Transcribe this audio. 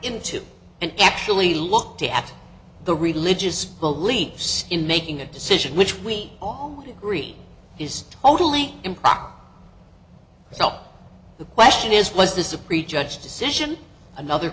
into and actually looked at the religious beliefs in making a decision which we all agree is totally improper so the question is was this a pre judged decision another